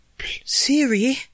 Siri